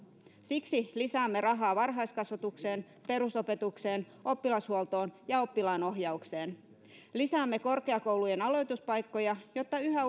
siksi lisäämme rahaa varhaiskasvatukseen perusopetukseen oppilashuoltoon ja oppilaanohjaukseen lisäämme korkeakoulujen aloituspaikkoja jotta yhä